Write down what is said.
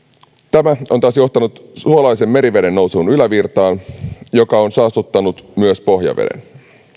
tämä on taas johtanut suolaisen meriveden nousuun ylävirtaan mikä on saastuttanut myös pohjaveden